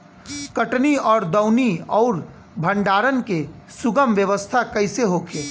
कटनी और दौनी और भंडारण के सुगम व्यवस्था कईसे होखे?